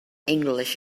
english